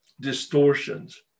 distortions